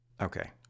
Okay